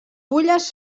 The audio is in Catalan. fulles